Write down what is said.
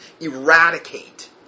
eradicate